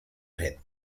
red